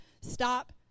stop